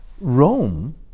Rome